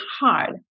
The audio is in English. hard